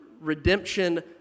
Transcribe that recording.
redemption